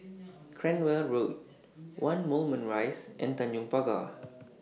Cranwell Road one Moulmein Rise and Tanjong Pagar